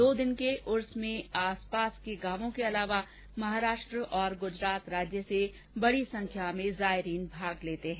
दो दिन के उर्स में आसपास के गांवों के तथा महाराष्ट्र और गुजरात राज्य से बड़ी संख्या में जायरीन भाग लेते हैं